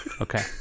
Okay